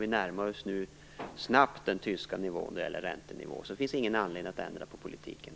Vi närmar oss nu snabbt den tyska räntenivån. Det finns ingen anledning att ändra på politiken.